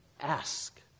Ask